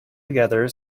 together